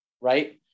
right